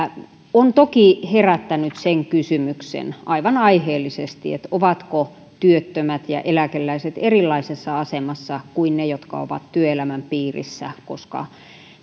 on toki herättänyt sen kysymyksen aivan aiheellisesti ovatko työttömät ja eläkeläiset erilaisessa asemassa kuin ne jotka ovat työelämän piirissä koska